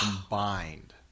combined